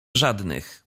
żadnych